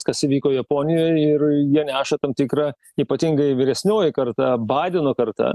kas įvyko japonijoj ir jie neša tam tikrą ypatingai vyresnioji karta baideno karta